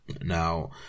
now